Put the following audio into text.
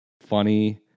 funny